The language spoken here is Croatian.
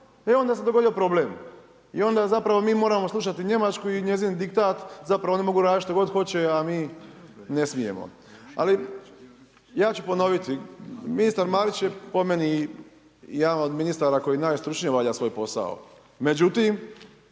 e onda se dogodio problem, onda zapravo mi moramo slušati Njemačku i njezin diktat, zapravo oni mogu radit šta god hoće, a mi ne smijemo. Ali ja ću ponoviti, ministar Marić je po meni jedan od ministara koji najstručnije obavlja svoj posao, međutim